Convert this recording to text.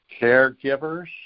caregivers